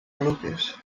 moluques